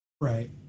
Right